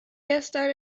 gestern